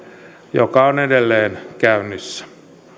joka on edelleen käynnissä